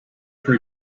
for